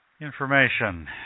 information